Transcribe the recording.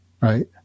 Right